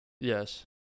Yes